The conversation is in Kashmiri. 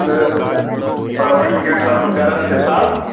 تہٕ پرواے چھُنہٕ کینٛہہ ٹھہر بہٕ کرٕ اتھ حساب